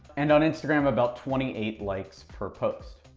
and on instagram, about twenty eight likes per post.